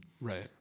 Right